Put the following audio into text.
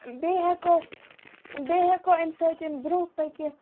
بیٚیہِ ہٮ۪کو بیٚیہِ ہٮ۪کو امہِ سۭتۍ برٛونٛہہ پٔکِتھ